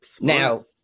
Now